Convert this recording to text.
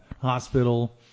hospital